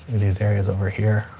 these areas over here,